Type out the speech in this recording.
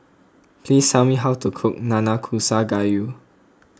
please tell me how to cook Nanakusa Gayu